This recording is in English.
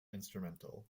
instrumental